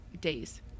days